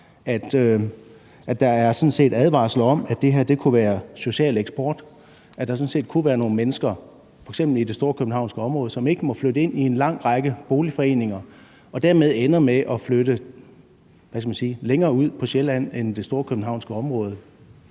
set er advarsler om, at det her kunne være social eksport, altså at der kunne være nogle mennesker, f.eks. i det storkøbenhavnske område, som ikke må flytte ind i en lang række boligforeninger og dermed ender med at flytte, hvad skal man sige, længere ud på Sjælland end det storkøbenhavnske område.